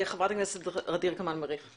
חברת הכנסת ע'דיר כמאל מריח.